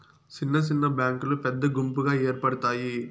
సిన్న సిన్న బ్యాంకులు పెద్ద గుంపుగా ఏర్పడుతాయి